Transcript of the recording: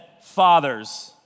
fathers